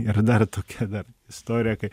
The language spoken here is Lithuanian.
ir dar tokia dar istorija kai